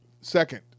second